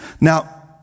now